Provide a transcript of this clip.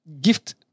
gift